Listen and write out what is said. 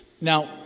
Now